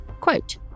Quote